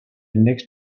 next